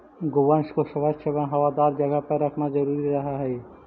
गोवंश को स्वच्छ एवं हवादार जगह पर रखना जरूरी रहअ हई